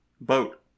boat